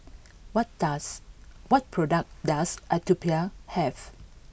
what does what products does Atopiclair have